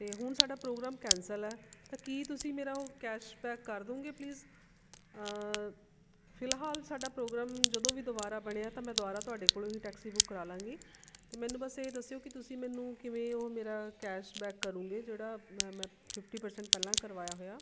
ਅਤੇ ਹੁਣ ਸਾਡਾ ਪ੍ਰੋਗਰਾਮ ਕੈਂਸਲ ਹੈ ਤਾਂ ਕੀ ਤੁਸੀਂ ਮੇਰਾ ਉਹ ਕੈਸ਼ ਬੈਕ ਕਰ ਦਉਂਗੇ ਪਲੀਜ਼ ਫਿਲਹਾਲ ਸਾਡਾ ਪ੍ਰੋਗਰਾਮ ਜਦੋਂ ਵੀ ਦੁਬਾਰਾ ਬਣਿਆ ਤਾਂ ਮੈਂ ਦੁਬਾਰਾ ਤੁਹਾਡੇ ਕੋਲੋਂ ਹੀ ਟੈਕਸੀ ਬੁੱਕ ਕਰਾ ਲਵਾਂਗੀ ਅਤੇ ਮੈਨੂੰ ਬਸ ਇਹ ਦੱਸਿਓ ਕਿ ਤੁਸੀਂ ਮੈਨੂੰ ਕਿਵੇਂ ਉਹ ਮੇਰਾ ਕੈਸ਼ ਬੈਕ ਕਰੂੰਗੇ ਜਿਹੜਾ ਮੈਂ ਮੈਂ ਫਿੱਫਟੀ ਪ੍ਰਸੈਂਟ ਪਹਿਲਾਂ ਕਰਵਾਇਆ ਹੋਇਆ